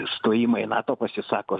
stojimą į nato pasisako